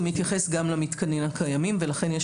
זה מתייחס גם למיתקנים הקיימים ולכן יש